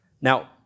Now